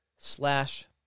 Slash